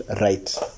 right